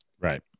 right